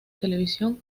televisión